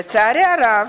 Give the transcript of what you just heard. לצערי הרב,